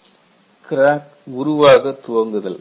Crack Initiation crack உருவாகத் துவங்குதல்